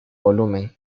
volumen